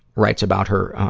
writes about her, ah,